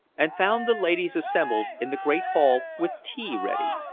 and found the ladies assembled in the great hall with tea ready.